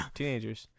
teenagers